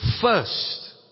first